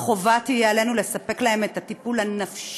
תהיה חובה עלינו לספק להם את הטיפול הנפשי